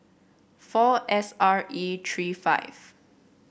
four S R E three five